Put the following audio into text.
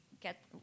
get